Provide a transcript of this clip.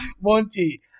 Monty